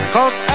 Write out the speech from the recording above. Cause